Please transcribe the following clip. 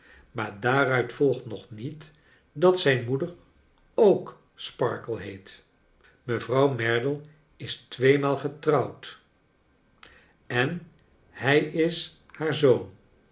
maar daaruit volgt nog niet dat zijn moeder ook sparkler heet mevrouw merdle is tweemaal getrouwd en hij is haar zoon